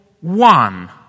one